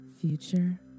future